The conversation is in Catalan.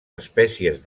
espècies